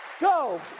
go